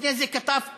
ולפני זה כתב פוסט: